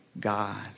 God